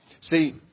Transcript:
See